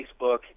Facebook